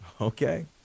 Okay